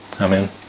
Amen